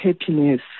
happiness